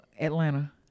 Atlanta